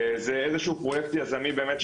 וזה איזה שהוא פרויקט יזמי באמת,